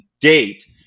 date